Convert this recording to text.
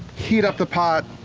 heat up the pot.